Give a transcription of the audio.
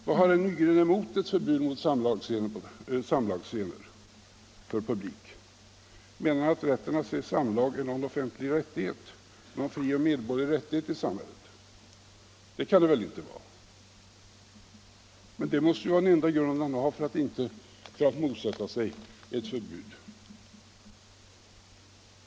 Vad har herr Nygren emot ett förbud mot samlagsscener inför publik? Menar han att rätten att se samlag är en medborgerlig frioch rättighet i samhället? Det kan det väl inte vara. Men det måste ju vara den enda grunden för att motsätta sig ett förbud.